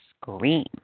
scream